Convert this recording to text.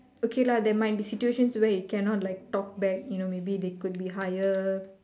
okay lah there might be situations where you cannot like talk back you know maybe they could be higher